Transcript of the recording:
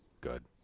good